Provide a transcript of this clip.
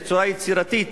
בצורה יצירתית,